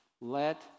Let